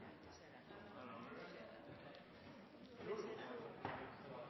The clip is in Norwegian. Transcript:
meir